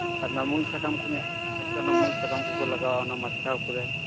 ᱟᱨ ᱚᱱᱟ ᱢᱩᱲᱤᱡ ᱥᱟᱠᱟᱢ ᱠᱚ ᱧᱮᱞ ᱵᱮᱱ ᱟᱪᱪᱷᱟ ᱚᱱᱟ ᱢᱩᱬᱤᱡ ᱠᱚᱠᱚ ᱞᱟᱜᱟᱣᱟ ᱢᱟᱪᱠᱟᱣ ᱠᱚᱨᱮ